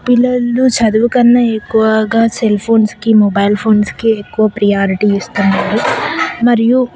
పిల్లలు చదువు కన్నా ఎక్కువగా సెల్ఫోన్కి మొబైల్ ఫోన్కి ఎక్కువ ప్రియారిటీ ఇస్తున్నారు మరియు